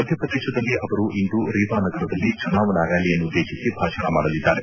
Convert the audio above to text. ಮಧ್ಯಪ್ರದೇಶದಲ್ಲಿ ಅವರು ಇಂದು ರೀವಾ ನಗರದಲ್ಲಿ ಚುನಾವಣಾ ರ್ಯಾಲಿಯನ್ನುದ್ದೇಶಿಸಿ ಭಾಷಣ ಮಾಡಲಿದ್ದಾರೆ